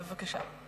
בבקשה.